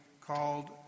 called